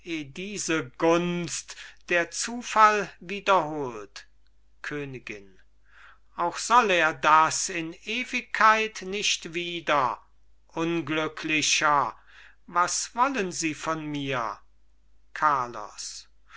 diese gunst der zufall wiederholt königin auch soll er das in ewigkeit nicht wieder unglücklicher was wollen sie von mir carlos